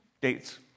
dates